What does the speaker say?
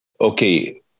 okay